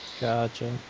Gotcha